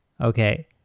Okay